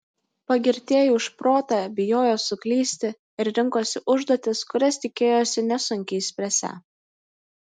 pagirtieji už protą bijojo suklysti ir rinkosi užduotis kurias tikėjosi nesunkiai išspręsią